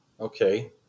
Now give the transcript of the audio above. Okay